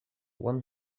one